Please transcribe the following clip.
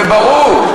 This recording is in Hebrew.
זה ברור.